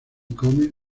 come